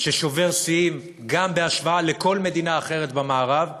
ששובר שיאים גם בהשוואה לכל מדינה אחרת במערב,